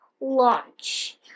launch